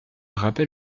rappel